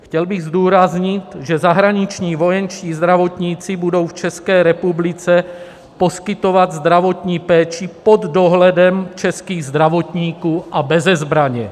Chtěl bych zdůraznit, že zahraniční vojenští zdravotníci budou v České republice poskytovat zdravotní péči pod dohledem českých zdravotníků a beze zbraně.